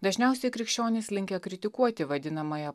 dažniausiai krikščionys linkę kritikuoti vadinamąją